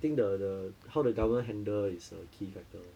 I think the the how the government handle is a key factor lor